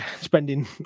spending